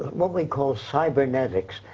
but what we call cybernetics.